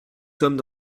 sommes